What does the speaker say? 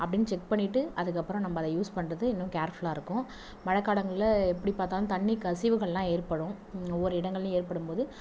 அப்படின்னு செக் பண்ணிகிட்டு அதுக்கு அப்புறோம் நம்ம அதை யூஸ் பண்ணுறது இன்னும் கேர்ஃபுல்லாக இருக்கும் மழை காலங்களில் எப்படி பார்த்தாலும் தண்ணி கசிவுகள்லாம் ஏற்படும் ஒவ்வொரு இடங்கள்லையும் ஏற்படும் போது